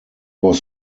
was